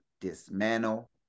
dismantle